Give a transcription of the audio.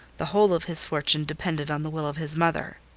the whole of his fortune depended on the will of his mother.